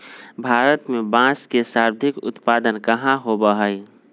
भारत में बांस के सर्वाधिक उत्पादन कहाँ होबा हई?